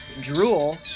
Drool